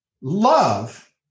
love